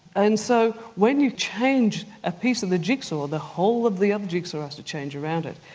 and so when you change a piece of the jigsaw the whole of the objects are asked to change around it.